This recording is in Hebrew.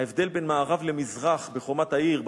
ההבדל בין מערב למזרח בחומת העיר,